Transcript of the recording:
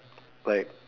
like